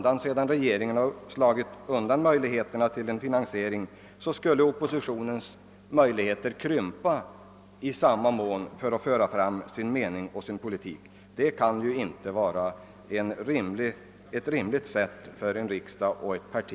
Men sedan regeringspartiet undan för undan eliminerat finansieringsgrunden så skulle oppositionens möjligheter att föra fram sin mening och sin politik krympa i samma mån. Det kan ju inte vara ett rimligt sätt att arbeta på för en riksdag och ett parti!